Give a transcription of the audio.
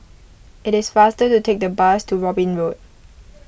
it is faster to take the bus to Robin Road